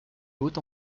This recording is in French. haut